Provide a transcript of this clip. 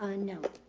ah no,